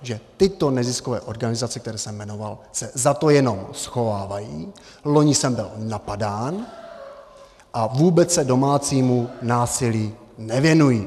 Že tyto neziskové organizace, které jsem jmenoval, se za to jenom schovávají, loni jsem byl napadán, a vůbec se domácímu násilí nevěnují.